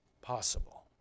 possible